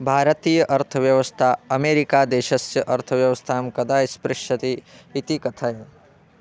भारतीय अर्थव्यवस्था अमेरिकादेशस्य अर्थव्यवस्थां कदा स्पृशति इति कथय